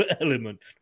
element